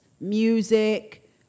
music